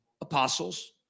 apostles